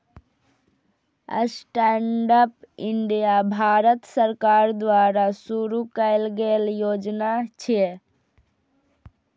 stand up India Bharat सरकार द्वारा शुरू कैल गेल योजना छियै